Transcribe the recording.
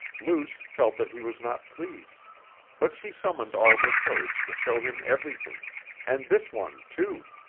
luce felt that he was not pleased but she summoned all her courage to show him everything and this one too.